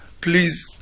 please